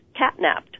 catnapped